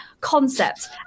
concept